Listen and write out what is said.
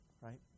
Right